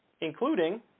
including